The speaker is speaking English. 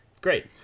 Great